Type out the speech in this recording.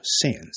sins